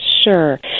Sure